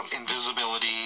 invisibility